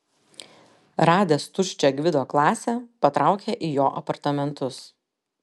radęs tuščią gvido klasę patraukė į jo apartamentus